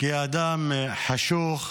כאדם חשוך,